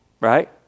Right